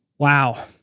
Wow